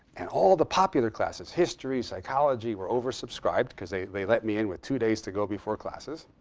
and all the popular classes, history, psychology, were oversubscribed, because they they let me in with two days to go before classes.